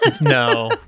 no